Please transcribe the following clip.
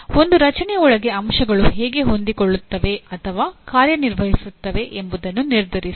ಒಂದು ರಚನೆಯೊಳಗೆ ಅಂಶಗಳು ಹೇಗೆ ಹೊಂದಿಕೊಳ್ಳುತ್ತವೆ ಅಥವಾ ಕಾರ್ಯನಿರ್ವಹಿಸುತ್ತವೆ ಎಂಬುದನ್ನು ನಿರ್ಧರಿಸಿ